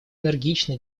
энергично